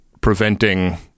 preventing